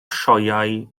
sioeau